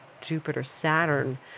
Jupiter-Saturn